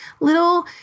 little